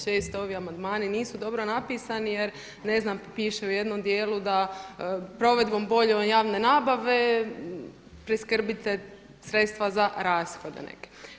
Često ovi amandmani nisu dobro napisani, jer ne znam, piše u jednom dijelu da provedbom boljom javne nabave preskrbite sredstva za rashode neke.